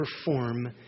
perform